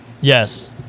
Yes